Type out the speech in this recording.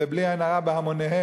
ובלי עין הרע בהמוניהם,